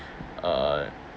uh